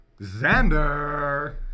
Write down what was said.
Xander